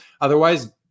Otherwise